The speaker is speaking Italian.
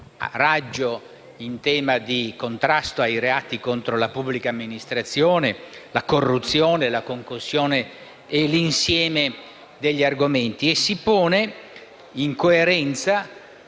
raggio in tema di contrasto ai reati contro la pubblica amministrazione: la corruzione, la concussione e tutto l'insieme di questi reati. Si pone in coerenza